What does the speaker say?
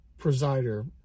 presider